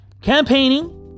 campaigning